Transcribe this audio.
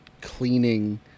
cleaning